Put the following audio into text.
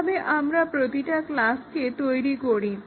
কিভাবে আমরা প্রতিটা ক্লাসকে তৈরি করি